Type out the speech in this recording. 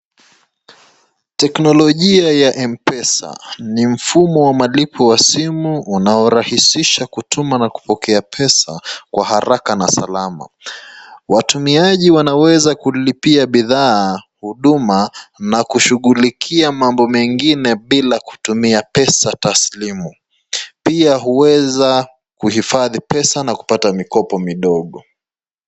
Teknolojia ya Mpesa ni mfumo wa malipo ya simu unaorahisisha kutuma na kupokea pesa kwa haraka na salama. Watumiaji wanaweza kulipia bidhaa , huduma na kushughulikia mambo mengine bila kutumia pesa taslimu pia huweza kuifadhi pesa na kupata mikopo midogo.